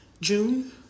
June